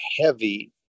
heavy